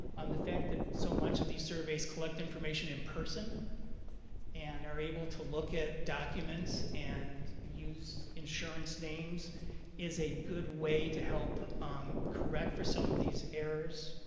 um the fact that so much of these surveys collect information in person and are able to look at documents and use insurance names is a good way to help correct for some of these errors.